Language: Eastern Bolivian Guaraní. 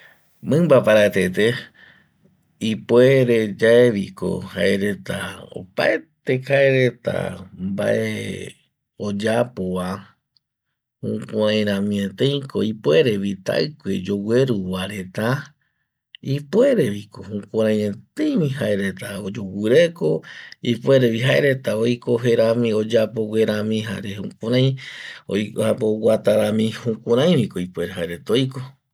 Mimba paraetete ipuereyaeibiko jae reta opaete jaereta mbae oyapova jukurai ramieteiko ipuerevi taiuke yoguieruva reta ipuereviko jukuraeteivi jaereta oyeugureko ipuerevi jaereta oiko jerami oyeapoguerami jare jukurei apo oguata rami jukurai viko ipuere jaereta oiko